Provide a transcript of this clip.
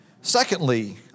Secondly